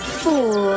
four